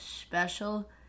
special